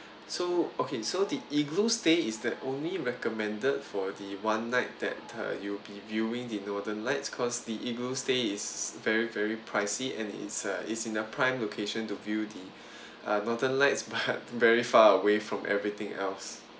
so okay so the igloo stay is the only recommended for the one night that uh you'll be viewing the northern lights cause the igloo stay is very very pricey and it's a it's in the prime location to view the uh northern lights but very far away from everything else